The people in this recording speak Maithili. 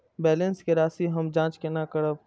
बैलेंस के राशि हम जाँच केना करब?